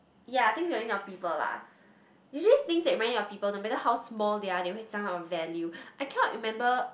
ya things remind me of people lah usually things that remind me of people no matter how small they are they will have something of value I cannot remember